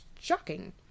shocking